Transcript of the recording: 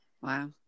Wow